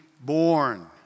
born